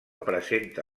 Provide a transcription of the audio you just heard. presenta